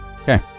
Okay